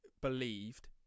believed